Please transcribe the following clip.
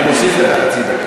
אני מוסיף לך חצי דקה.